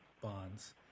bonds